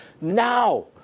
now